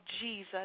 Jesus